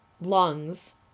lungs